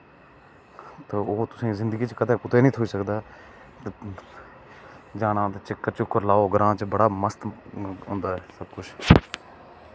ते ओह् तुसेंगी जिंदगी च कदें कुदै निं थ्होई सकदा जाना ते चक्कर लाओ ग्रां च बड़ा मस्त होंदा ऐ सबकुछ